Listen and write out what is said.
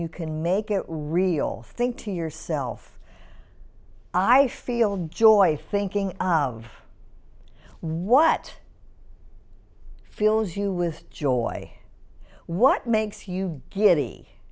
you can make it real think to yourself i feel joy thinking of what fills you with joy what makes you